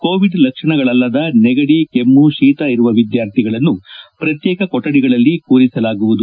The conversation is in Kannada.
ಕೋವಿಡ್ ಲಕ್ಷಣಗಳಲ್ಲದೆ ನೆಗಡಿ ಕೆಮ್ನು ಶೀತ ಇರುವ ವಿದ್ಯಾರ್ಥಿಗಳನ್ನೂ ಪ್ರತ್ಯೇಕ ಕೊಠಡಿಗಳಲ್ಲಿ ಕೂರಿಸಲಾಗುವುದು